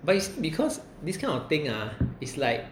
but you see because this kind of thing ah is like